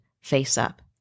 face-up